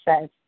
says